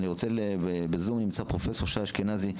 בזום נמצא פרופסור שי אשכנזי,